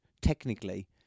technically